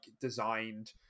designed